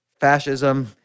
fascism